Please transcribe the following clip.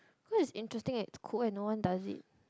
cause is interesting and it's cool and no one does it